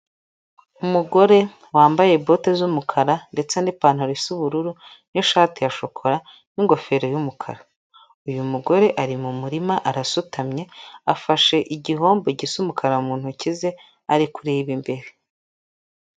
Umugore wambaye bote z'umukara ndetse n'ipantaro y'ubururu n'ishati ya shokora, ingofero y'umukara. Uyu mugore ari mu murima, arasutamye afashe igihombo gisa umukara mu ntoki ze ari kureba imbere.